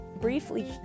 briefly